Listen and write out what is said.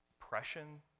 oppression